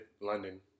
London